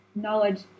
knowledge